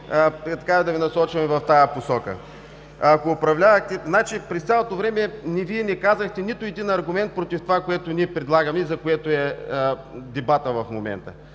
да Ви насочваме в тази посока. Ако управлявахте… Значи, през цялото време Вие не казахте нито един аргумент против това, което ние предлагаме, за което е дебатът в момента.